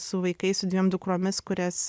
su vaikais su dviem dukromis kurias